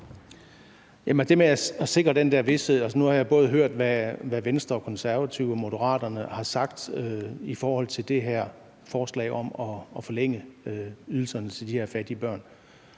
nu har jeg både hørt, hvad Venstre, Konservative og Moderaterne har sagt om det her forslag om at forlænge ydelserne til de her fattige børn